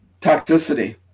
toxicity